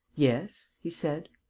yes, he said.